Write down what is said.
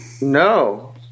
No